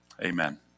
Amen